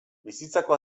bizitzako